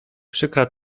przykra